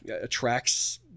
attracts